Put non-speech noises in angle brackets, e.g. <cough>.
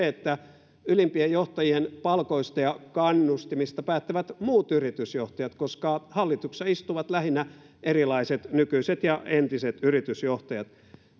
<unintelligible> että ylimpien johtajien palkoista ja kannustimista päättävät muut yritysjohtajat koska hallituksissa istuvat lähinnä erilaiset nykyiset ja entiset yritysjohtajat